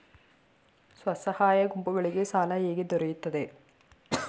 ಸ್ವಸಹಾಯ ಗುಂಪುಗಳಿಗೆ ಸಾಲ ಹೇಗೆ ದೊರೆಯುತ್ತದೆ?